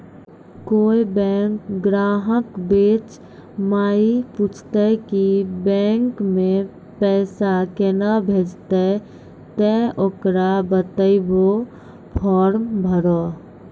कोय बैंक ग्राहक बेंच माई पुछते की बैंक मे पेसा केना भेजेते ते ओकरा बताइबै फॉर्म भरो